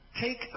Take